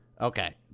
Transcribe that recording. Okay